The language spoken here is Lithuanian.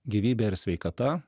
gyvybe ir sveikata